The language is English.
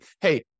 hey